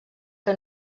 que